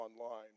online